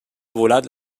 volat